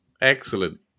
excellent